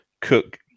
Cook